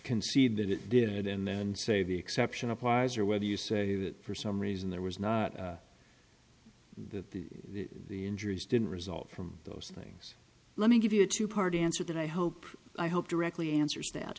concede that it did and then say the exception applies or whether you say that for some reason there was not that the the injuries didn't result from those things let me give you a two part answer that i hope i hope directly answers that